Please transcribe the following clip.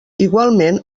igualment